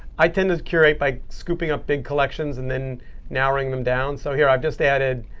i tend to curate by scooping up big collections and then narrowing them down. so here, i've just added